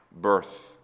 birth